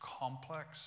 complex